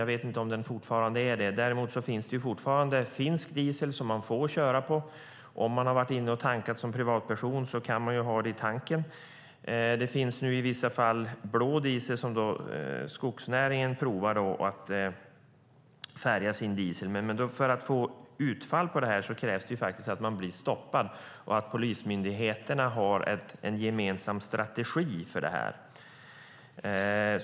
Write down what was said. Jag vet inte om den fortfarande är det, men däremot finns det fortfarande finsk diesel som man får köra på. Om man har varit inne och tankat som privatperson kan man ha det i tanken. Det finns i vissa fall blå diesel - skogsnäringen har provat att färga sin diesel så - men för att få utfall på detta krävs faktiskt att man blir stoppad och att polismyndigheterna har en gemensam strategi för detta.